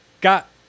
got